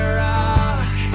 rock